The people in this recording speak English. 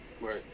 Right